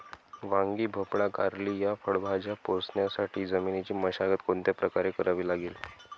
वांगी, भोपळा, कारली या फळभाज्या पोसण्यासाठी जमिनीची मशागत कोणत्या प्रकारे करावी लागेल?